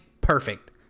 perfect